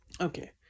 Okay